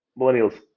millennials